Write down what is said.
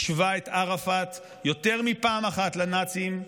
השווה את ערפאת יותר מפעם אחת לנאצים.